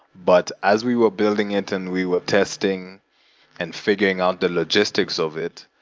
but as we were building it and we were testing and figuring out the logistics of it,